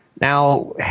Now